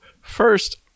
First